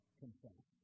confess